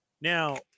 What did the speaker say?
Now